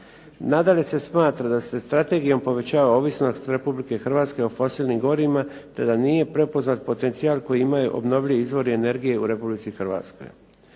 Nadalje se smatra da se strategijom povećava ovisnost Republike Hrvatske o fosilnim gorivima te da nije prepoznat potencijal koji imaju obnovljivi izvori energije u Republici Hrvatskoj.